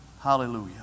Hallelujah